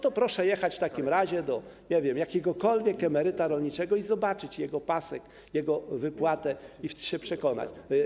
To proszę jechać w takim razie do jakiegokolwiek emeryta rolniczego i zobaczyć jego pasek, jego wypłatę i się przekonać.